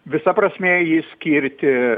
visa prasmė jį skirti